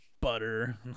Butter